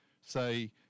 Say